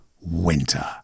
Winter